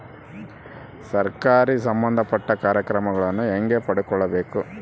ಸರಕಾರಿ ಸಂಬಂಧಪಟ್ಟ ಕಾರ್ಯಕ್ರಮಗಳನ್ನು ಹೆಂಗ ಪಡ್ಕೊಬೇಕು?